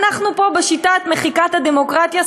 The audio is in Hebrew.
אנחנו פה בשיטת מחיקת הדמוקרטיה,